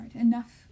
enough